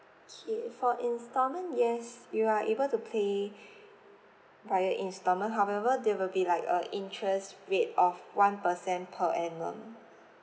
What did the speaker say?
okay for installment yes you are able to pay via installment however there will be like a interest rate of one percent per annum